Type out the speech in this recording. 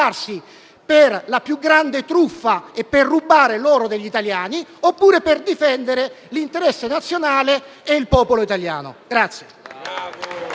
per la più grande truffa e per rubare l'oro degli italiani oppure per difendere l'interesse nazionale e il popolo italiano.